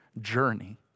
journey